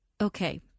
Okay